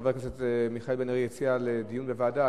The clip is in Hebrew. חבר הכנסת מיכאל בן-ארי הציע דיון בוועדה.